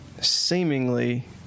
seemingly